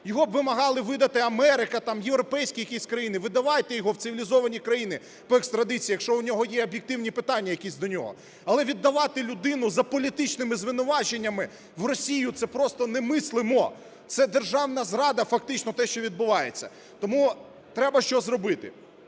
його б вимагали видати Америка там, європейські якісь країни, видавайте його в цивілізовані країни по екстрадиції, якщо в нього є об'єктивні питання якісь до нього. Але віддавати людину за політичними звинуваченнями в Росію – це просто немислимо, це державна зрада фактично, те, що відбувається. Тому треба щось робити.